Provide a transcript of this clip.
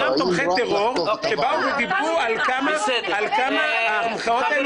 טרור שבאו ודיברו על כמה המחאות האלה הן לגיטימיות.